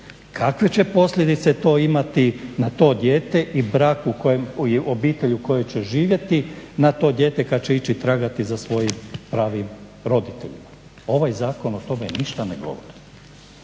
kakve će posljedice to imati na to dijete i obitelj u kojoj će živjeti na to dijete kad će ići tragati za svojim pravim roditeljima. Ovaj zakon o tome ništa ne govori.